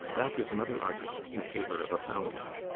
that is another argument in favor of a foundling.